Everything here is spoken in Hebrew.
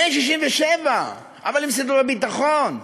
כן, 67', אבל עם סידורי ביטחון.